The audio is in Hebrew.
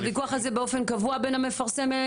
הוויכוח הזה באופן קבוע ביניכם לבין המפרסם?